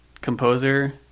composer